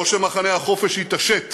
או שמחנה החופש יתעשת